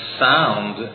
sound